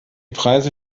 preise